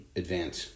advance